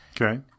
Okay